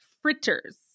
fritters